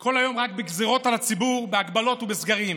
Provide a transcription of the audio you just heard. כל היום רק בגזרות על הציבור, בהגבלות ובסגרים.